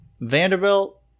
Vanderbilt